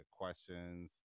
questions